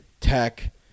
Tech